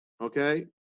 Okay